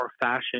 fashion